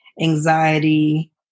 anxiety